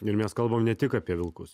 ir mes kalbam ne tik apie vilkus